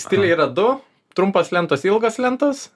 stiliai yra du trumpos lentos ilgos lentos